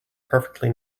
perfectly